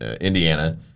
Indiana